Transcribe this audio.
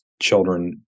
children